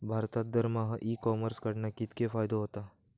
भारतात दरमहा e commerce कडणा कितको फायदो होता?